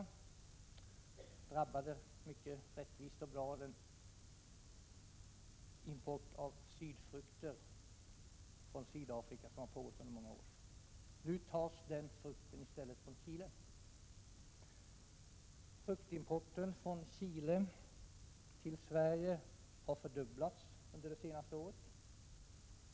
Detta drabbade mycket rättvist och på ett bra sätt den import av sydfrukter från Sydafrika som har pågått under många år. Nu tas denna frukt i stället från Chile. Importen av frukt från Chile har fördubblats under det senaste året.